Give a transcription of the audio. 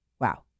Wow